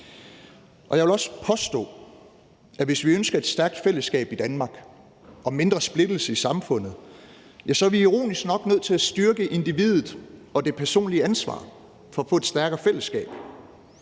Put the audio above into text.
Jeg vil også påstå, at hvis vi ønsker et stærkt fællesskab i Danmark og mindre splittelse i samfundet, er vi ironisk nok nødt til at styrke individet og det personlige ansvar for at få et stærkere fællesskab,